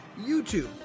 YouTube